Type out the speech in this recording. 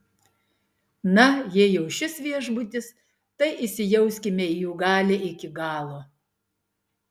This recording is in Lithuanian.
na jei jau šis viešbutis tai įsijauskime į jų galią iki galo